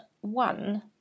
one